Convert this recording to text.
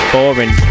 Boring